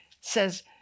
says